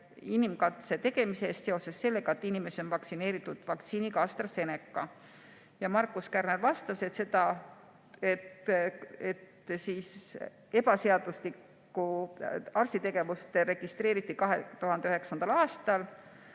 inimkatsete tegemise eest seoses sellega, et inimesi on vaktsineeritud vaktsiiniga AstraZeneca. Markus Kärner vastas, et ebaseaduslikku arstitegevust registreeriti 2009. aastal.